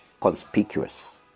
conspicuous